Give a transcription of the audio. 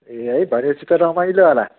ए है भनेपछि त रमाइलो होला